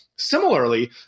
Similarly